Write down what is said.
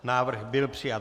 Návrh byl přijat.